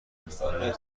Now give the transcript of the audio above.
میکنه